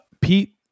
pete